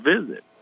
visit